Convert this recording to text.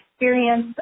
experience